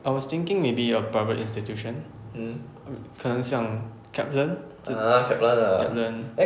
I was thinking maybe a private institution 可能像 kaplan 这 kaplan